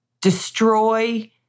destroy